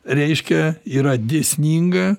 reiškia yra dėsninga